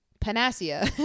panacea